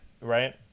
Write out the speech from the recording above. Right